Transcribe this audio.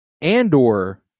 Andor